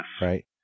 Right